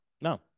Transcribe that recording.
No